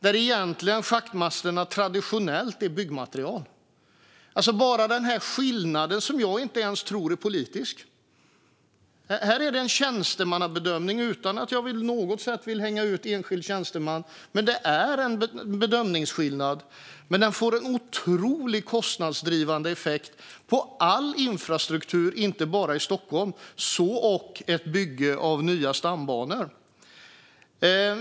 Traditionellt har schaktmassor varit byggmaterial. Det handlar inte om politik, utan det är en tjänstemannabedömning. Jag vill inte hänga ut någon enskild tjänsteman, men denna bedömningsskillnad får en otrolig kostnadsdrivande effekt på all infrastruktur. Det gäller inte bara i Stockholm utan även vid byggandet av nya stambanor.